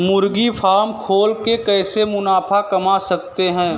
मुर्गी फार्म खोल के कैसे मुनाफा कमा सकते हैं?